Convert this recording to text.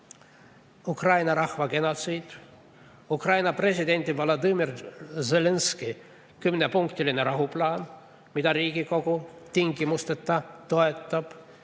Ukraina rahva genotsiid ja Ukraina presidendi Volodõmõr Zelenskõi kümnepunktiline rahuplaan, mida Riigikogu tingimusteta toetab,